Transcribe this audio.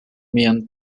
mian